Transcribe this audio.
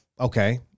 Okay